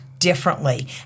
differently